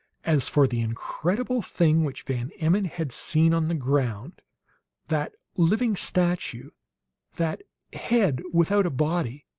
as for the incredible thing which van emmon had seen on the ground that living statue that head without a body